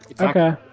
okay